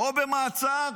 או במעצר